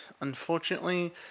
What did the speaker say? unfortunately